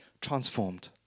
transformed